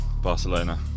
Barcelona